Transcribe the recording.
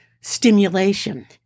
stimulation